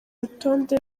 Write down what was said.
urutonde